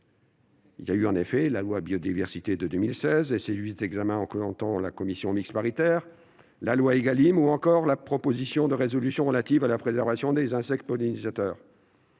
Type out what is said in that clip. Il y a eu, en effet, la loi biodiversité de 2016 et ses huit examens, en comptant la commission mixte paritaire, la loi Égalim ou encore la proposition de résolution relative à la préservation des insectes pollinisateurs.